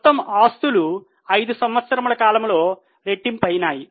మొత్తం ఆస్తులు ఐదు సంవత్సరములు కాలంలో రెట్టింపు అయినాయి